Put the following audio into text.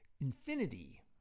infinity